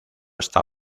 está